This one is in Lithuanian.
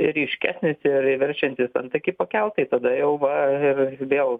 ryškesnis ir ir verčiantis antakį pakelt tai tada jau va ir vėl